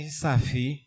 safi